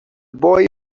boy